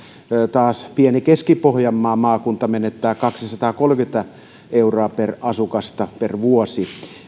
taas pieni keski pohjanmaan maakunta menettää kaksisataakolmekymmentä euroa per asukas per vuosi